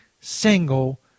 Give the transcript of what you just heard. single